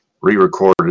re-recorded